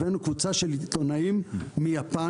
הבאנו קבוצה של עיתונאים מיפן.